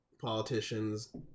politicians